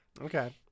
Okay